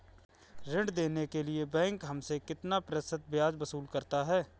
ऋण देने के लिए बैंक हमसे कितना प्रतिशत ब्याज वसूल करता है?